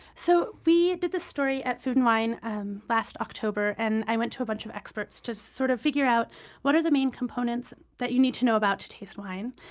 so we did this story at food and wine last october. and i went to a bunch of experts to sort of figure out what are the main components that you need to know about to taste wine.